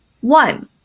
One